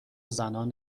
زنان